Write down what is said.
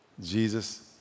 Jesus